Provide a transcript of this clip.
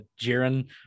jiren